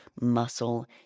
muscle